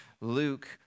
Luke